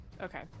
Okay